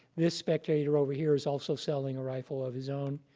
this spectator over here is also selling a rifle of his own.